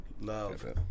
love